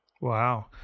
Wow